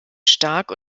stark